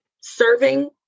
serving